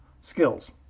skills